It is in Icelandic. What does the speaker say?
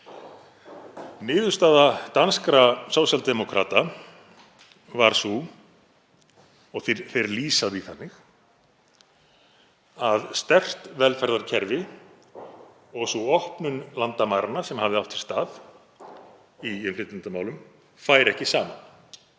Niðurstaða danskra sósíaldemókrata var sú, og þeir lýsa því þannig, að sterkt velferðarkerfi og sú opnun landamæranna sem hafði átt sér stað í innflytjendamálum færu ekki saman.